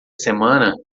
semana